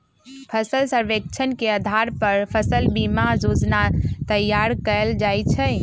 फसल सर्वेक्षण के अधार पर फसल बीमा जोजना तइयार कएल जाइ छइ